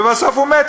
ובסוף הוא מת,